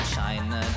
China